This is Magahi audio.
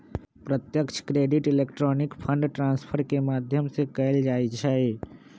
प्रत्यक्ष क्रेडिट इलेक्ट्रॉनिक फंड ट्रांसफर के माध्यम से कएल जाइ छइ